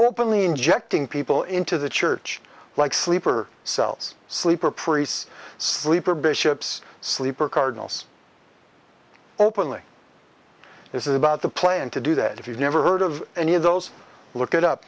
openly injecting people into the church like sleeper cells sleeper priests sleeper bishops sleeper cardinals openly this is about the plan to do that if you've never heard of any of those look it up